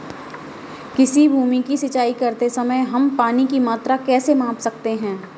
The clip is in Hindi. किसी भूमि की सिंचाई करते समय हम पानी की मात्रा कैसे माप सकते हैं?